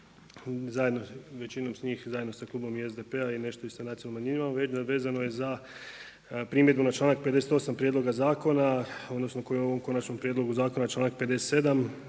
većinom … zajedno sa klubom SDP-a nešto i sa nacionalnom manjinom, a vezano je za primjedbu na članak 58. prijedloga zakona odnosno koji je u ovom konačnom prijedlogu zakona članak 57.